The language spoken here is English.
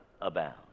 abound